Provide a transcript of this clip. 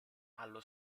allo